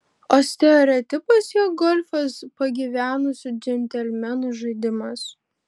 o stereotipas jog golfas pagyvenusių džentelmenų žaidimas